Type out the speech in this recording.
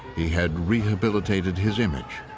he had rehabilitated his image.